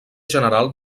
general